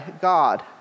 God